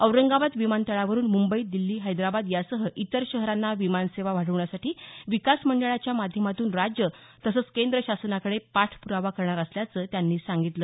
औरंगाबाद विमानतळावरून मुंबई दिल्ली हैद्राबाद यासह इतर शहरांना विमान सेवा वाढवण्यासाठी विकास मंडळांच्या माध्यमातून राज्य तसंच केंद्र शासनाकडे पाठप्रावा करणार असल्याचं त्यांनी सांगितलं